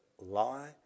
lie